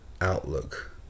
outlook